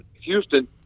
Houston